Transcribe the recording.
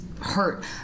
hurt